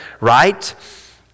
right